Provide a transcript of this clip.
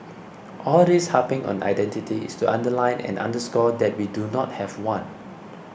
all this harping on identity is to underline and underscore that we do not have one